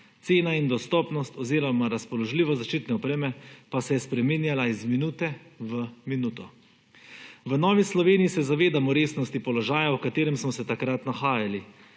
cena in dostopnost oziroma razpoložljivost zaščitene opreme pa se je spreminjala iz minute v minuto. V Novi Sloveniji se zavedamo resnosti položaja, v katerem smo se takrat nahajali,